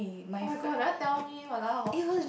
oh-my-god never tell me !walao!